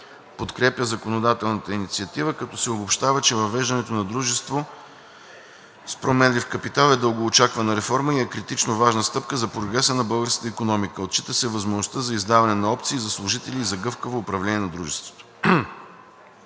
подкрепя законодателната инициатива, като се обобщава, че въвеждането на дружество с променлив капитал е дългоочаквана реформа и е критично важна стъпка за прогреса на българската икономика. Отчита се възможността за издаване на опции за служители и за гъвкаво управление на дружеството.